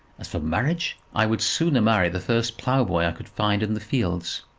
as for marriage, i would sooner marry the first ploughboy i could find in the fields.